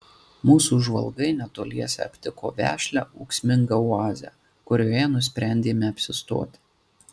mūsų žvalgai netoliese aptiko vešlią ūksmingą oazę kurioje nusprendėme apsistoti